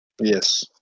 yes